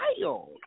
child